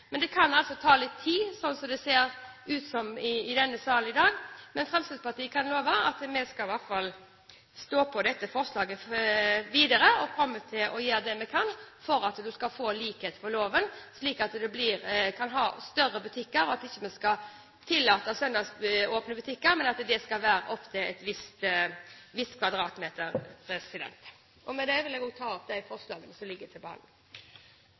men det kan altså ta litt tid, slik det ser ut i denne salen i dag. Men Fremskrittspartiet kan love at vi skal i hvert fall stå på for dette forslaget videre, og vi kommer til å gjøre det vi kan for at vi skal få likhet for loven, slik at vi kan ha større butikker – og ikke slik at vi tillater søndagsåpne butikker, men at de må være på opp til et visst antall kvadratmeter. Med det vil jeg også ta opp Fremskrittspartiets forslag i innstillingen. Da har representanten Solveig Horne tatt opp det forslaget hun refererte til.